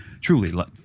truly